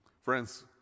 Friends